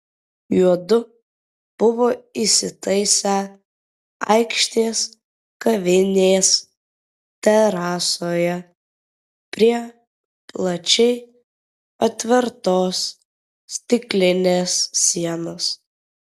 juodu buvo įsitaisę aikštės kavinės terasoje prie plačiai atvertos stiklinės sienos